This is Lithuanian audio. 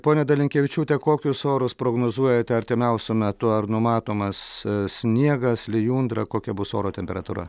ponia dalinkevičiūte kokius orus prognozuojate artimiausiu metu ar numatomas sniegas lijundra kokia bus oro temperatūra